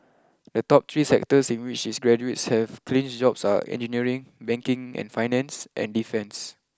the top three sectors in which its graduates have clinched jobs are engineering banking and finance and defence